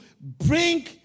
bring